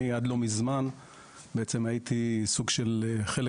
אני עד לא ממזמן בעצם הייתי סוג של חלק